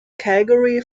calgary